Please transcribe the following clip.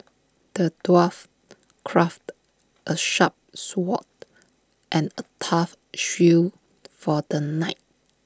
the dwarf crafted A sharp sword and A tough shield for the knight